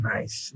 Nice